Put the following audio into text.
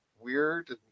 weird